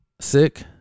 sick